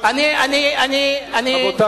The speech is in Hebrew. אני מוריד